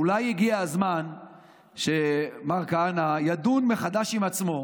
אולי באמת הגיע הזמן שמר כהנא ידון מחדש עם עצמו,